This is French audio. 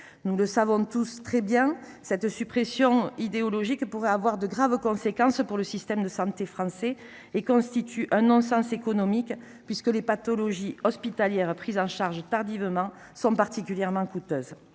Nous le savons tous très bien : cette suppression idéologique pourrait avoir de graves conséquences pour le système de santé français et constitue un non sens économique. En effet, les pathologies hospitalières prises en charge tardivement sont particulièrement coûteuses.